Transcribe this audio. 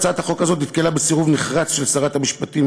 הצעת החוק הזאת נתקלה בסירוב נחרץ של שרת המשפטים,